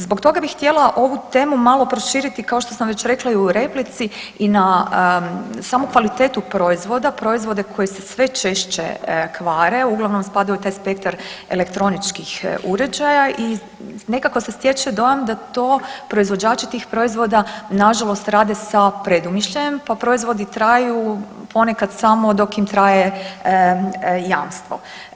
Zbog toga bih htjela ovu temu malo proširiti kao što sam već rekla i u replici i na samu kvalitetu proizvoda, proizvode koji se sve češće kvare, uglavnom spadaju u taj spektar elektroničkih uređaja, i nekako se stječe dojam da to proizvođači tih proizvoda nažalost rade sa predumišljajem pa proizvodi traju ponekad samo dok im traje jamstvo.